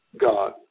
God